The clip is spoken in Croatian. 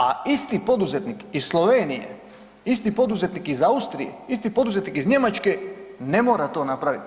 A isti poduzetnik iz Slovenije, isti poduzetnik iz Austrije, isti poduzetnik iz Njemačke ne mora to napraviti.